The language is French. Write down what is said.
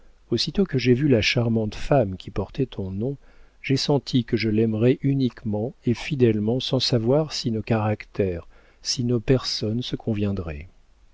aussitôt que j'ai vu la charmante femme qui portait ton nom j'ai senti que je l'aimerais uniquement et fidèlement sans savoir si nos caractères si nos personnes se conviendraient